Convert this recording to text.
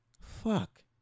Fuck